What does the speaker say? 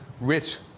rich